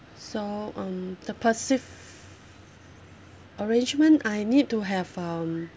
so um the perceived arrangement I need to have um